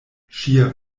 ŝia